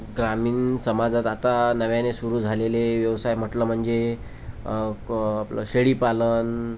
ग्रामीण समाजात आता नव्याने सुरु झालेले व्यवसाय म्हटलं म्हणजे आपलं शेळीपालन